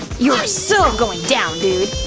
you're so going down, dude!